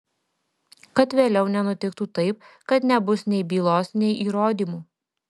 kad vėliau nenutiktų taip kad nebus nei bylos nei įrodymų